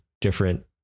different